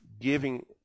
giving